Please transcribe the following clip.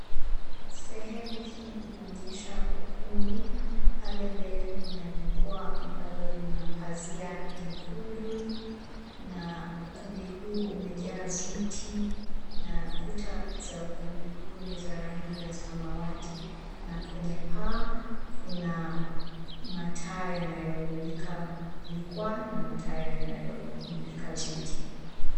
Sehemu hii inaonyesha ukumbi. Pale mbele kuna jukwaa ambalo lina pazia nyekundu na ukumbi huu umejaa viti na kuta za ukumbi huu ni za rangi ya samawati. Na kwenye paa kuna mataa yanayomulika jukwaa na mataa yanayomulika viti.